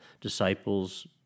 disciples